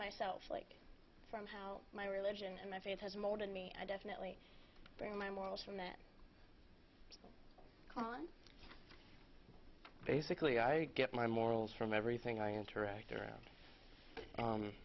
myself like from how my religion and my faith has molded me i definitely bring my morals from that con basically i get my morals from everything i interact around